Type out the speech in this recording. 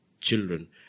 children